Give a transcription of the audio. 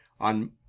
on